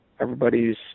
everybody's